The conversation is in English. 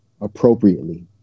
appropriately